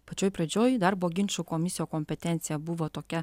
pačioj pradžioj darbo ginčų komisijų kompetencija buvo tokia